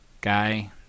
guy